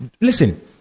listen